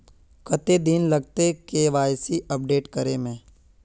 कते दिन लगते के.वाई.सी अपडेट करे में?